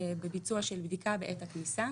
בביצוע של בדיקה בעת הכניסה.